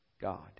God